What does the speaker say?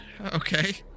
Okay